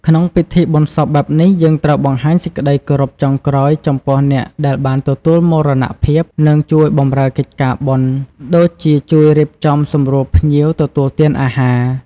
ក្នុងពិធីបុណ្យសពបែបនេះ យើងត្រូវបង្ហាញសេចក្ដីគោរពចុងក្រោយចំពោះអ្នកបានទទួលមរណភាព និងជួយបម្រើកិច្ចការបុណ្យ ដូចជាជួយរៀបចំសម្រួលភ្ញៀវទទួលទានអាហារ។